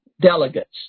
delegates